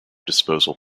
disposal